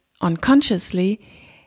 unconsciously